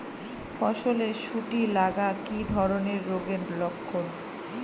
ফসলে শুটি লাগা কি ধরনের রোগের লক্ষণ?